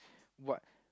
what